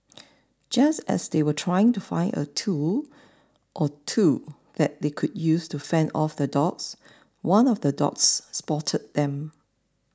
just as they were trying to find a tool or two that they could use to fend off the dogs one of the dogs spotted them